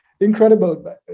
incredible